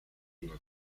uno